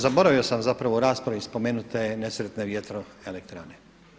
Zaboravio sam zapravo u raspravi spomenuti te nesretne vjetroelektrane.